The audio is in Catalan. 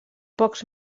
pocs